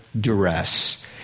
duress